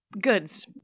Goods